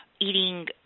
eating